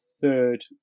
third